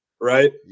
right